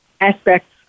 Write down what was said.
aspects